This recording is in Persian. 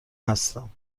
هستم